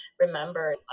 remember